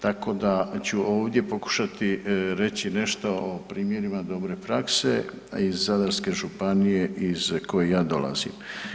Tako da ću ovdje pokušati reći nešto o primjerima dobre prakse iz Zadarske županije iz koje ja dolazim.